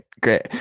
Great